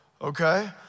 okay